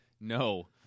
No